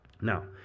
Now